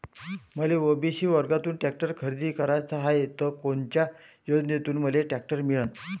मले ओ.बी.सी वर्गातून टॅक्टर खरेदी कराचा हाये त कोनच्या योजनेतून मले टॅक्टर मिळन?